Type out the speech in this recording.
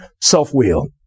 self-will